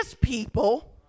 people